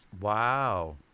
Wow